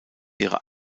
ihre